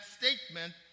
statement